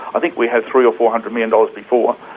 i think we had three or four hundred million dollars before.